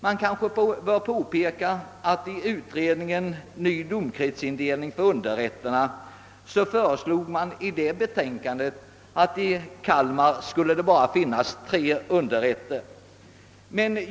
Man kanske bör påpeka att det i utredningsbetänkandet »Ny domkretsindelning för underrätterna» föreslogs att det i Kalmar bara skulle finnas tre underrätter.